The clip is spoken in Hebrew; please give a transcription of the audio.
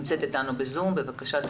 בבקשה.